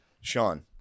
Sean